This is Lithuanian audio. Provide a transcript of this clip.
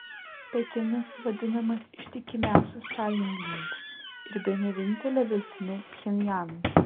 pekinas vadinamas ištikimiausiu sąjungininku ir bene vienintele viltimi pchenjanui